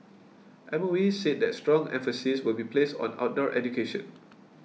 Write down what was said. M O E said that strong emphasis will be placed on outdoor education